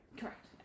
Correct